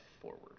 forward